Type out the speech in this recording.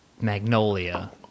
magnolia